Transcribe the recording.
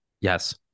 Yes